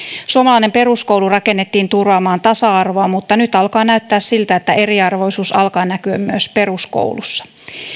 suomalainen peruskoulu rakennettiin turvaamaan tasa arvoa mutta nyt alkaa näyttää siltä että eriarvoisuus alkaa näkyä myös peruskoulussa